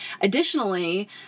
Additionally